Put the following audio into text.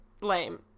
lame